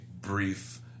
brief